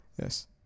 Yes